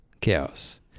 chaos